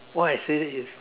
why I say that is